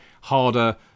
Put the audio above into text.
harder